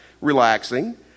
relaxing